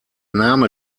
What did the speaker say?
name